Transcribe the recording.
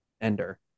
Ender